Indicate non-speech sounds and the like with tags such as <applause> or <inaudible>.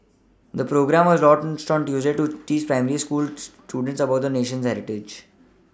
the programme was launched <unintelligible> Tuesday to teach primary school students about the nation's heritage